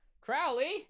Crowley